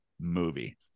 Movie